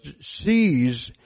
sees